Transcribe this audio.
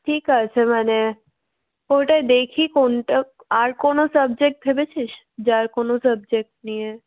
ঠিক আছে মানে ওটাই দেখি কোনটা আর কোনও সাবজেক্ট ভেবেছিস যে আর কোনও সাবজেক্ট নিয়ে